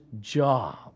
job